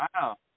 Wow